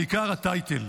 העיקר הטייטל.